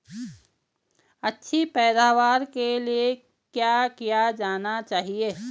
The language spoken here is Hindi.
अच्छी पैदावार के लिए क्या किया जाना चाहिए?